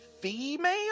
female